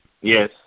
Yes